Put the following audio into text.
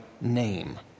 name